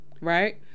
Right